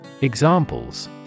Examples